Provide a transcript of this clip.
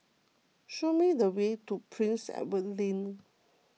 show me the way to Prince Edward Link